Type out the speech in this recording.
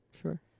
Sure